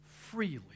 freely